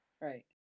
right